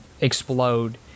explode